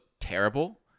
terrible